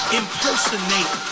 impersonate